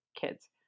kids